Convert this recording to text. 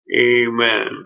Amen